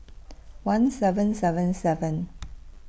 one seven seven seven